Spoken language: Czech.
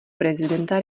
prezidenta